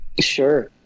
Sure